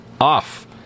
off